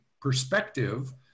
perspective